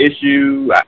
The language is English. issue